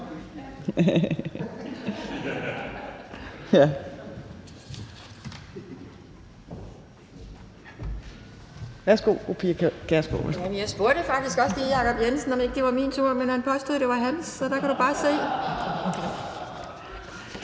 Pia Kjærsgaard (DF): Jeg spurgte faktisk også lige hr. Jacob Jensen, om det ikke var min tur, men han påstod, at det var hans tur – så der kan du bare se!